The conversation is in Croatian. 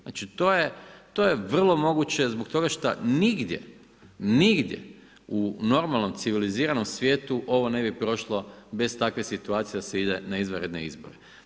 Znači, to je vrlo moguće zbog toga što nigdje u normalnom civiliziranom svijetu ovo ne bi prošlo bez takve situacije da se ide na izvanredne izbore.